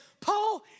Paul